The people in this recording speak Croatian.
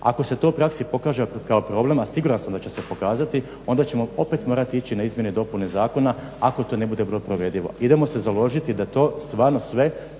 Ako se to u praksi pokaže kao problem, a siguran sam da će se pokazati onda ćemo opet morati ići na izmjene i dopune zakona, ako to ne bude provedivo. Idemo se založiti da to stvarno sve